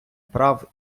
прав